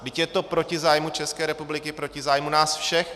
Vždyť je to proti zájmu České republiky, proti zájmu nás všech.